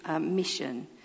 mission